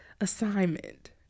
assignment